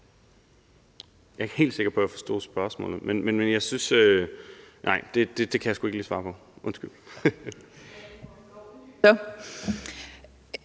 Jeg er ikke helt sikker på, at jeg forstod spørgsmålet. Det kan jeg sgu ikke lige svare på, undskyld. Kl.